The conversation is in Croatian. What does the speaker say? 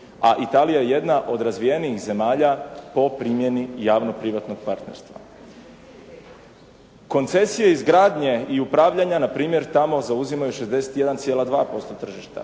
a Italija je jedna od razvijenijih zemlja po primjeni javno privatnog partnerstva. Koncesije i izgradnje upravljanja npr. tamo zauzimaju 61,2% tržišta.